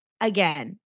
again